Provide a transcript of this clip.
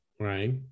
right